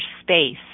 space